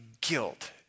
guilt